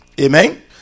Amen